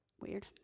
Weird